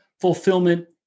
fulfillment